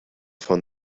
von